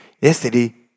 Yesterday